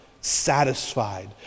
satisfied